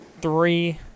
three